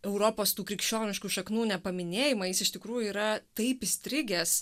europos tų krikščioniškų šaknų nepaminėjimą jis iš tikrųjų yra taip įstrigęs